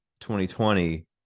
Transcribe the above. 2020